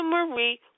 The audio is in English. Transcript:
Marie